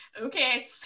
okay